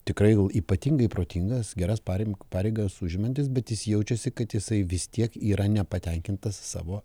tikrai ypatingai protingas geras parem pareigas užimantis bet jis jaučiasi kad jisai vis tiek yra nepatenkintas savo